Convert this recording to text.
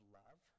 love